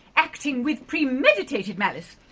acting with pre-meditated malice,